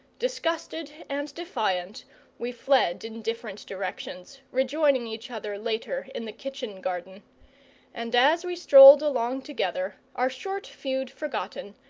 disgusted and defiant we fled in different directions, rejoining each other later in the kitchen-garden and as we strolled along together, our short feud forgotten,